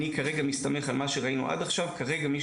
אני כרגע מסתמך על מה שראינו עד עכשיו וכרגע מי